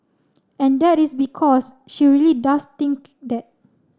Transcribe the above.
and that is because she really does think that